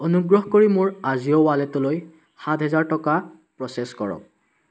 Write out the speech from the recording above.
অনুগ্ৰহ কৰি মোৰ আজিও ৱালেটলৈ সাত হাজাৰ টকা প্ৰ'চেছ কৰক